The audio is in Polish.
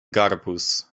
garbus